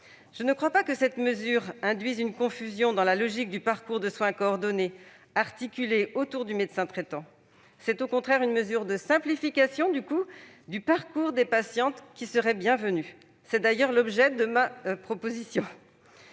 Je ne crois pas que cette disposition induise une confusion dans la logique du parcours de soins coordonné, articulé autour du médecin traitant. C'est au contraire une mesure de simplification du parcours des patientes qui serait bienvenue, d'autant qu'elle est conforme à l'objet de la proposition